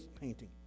painting